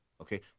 Okay